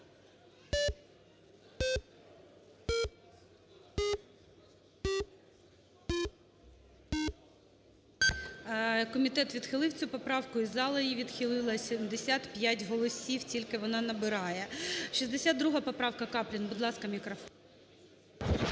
Комітет відхилив цю поправку і зала її відхилила. 75 голосів тільки вона набирає . 62 поправка, Каплін. Будь ласка, мікрофон.